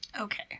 Okay